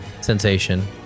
sensation